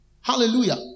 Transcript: Hallelujah